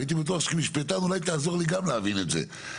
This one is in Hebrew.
והייתי בטוח שכמשפטן אולי תעזור לי גם להבין את זה.